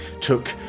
took